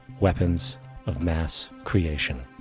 weapons of mass creation